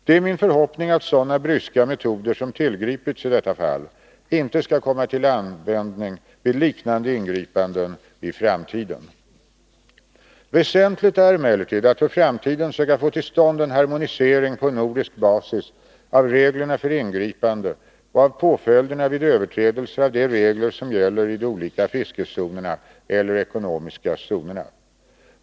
Det är min förhoppning att sådana bryska metoder som tillgripits i detta fall inte skall komma till användning vid liknande ingripanden i framtiden. Väsentligt är emellertid att för framtiden söka få till stånd en harmonisering på nordisk basis av reglerna för ingripande och av påföljderna vid överträdelser av de regler som gäller i de olika fiskezonerna eller ekonomiska zonerna.